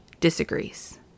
disagrees